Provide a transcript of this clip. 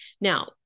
now